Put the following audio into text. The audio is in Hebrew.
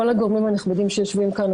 כל הגורמים הנכבדים שיושבים כאן,